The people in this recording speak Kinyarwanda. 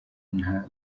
nta